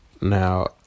Now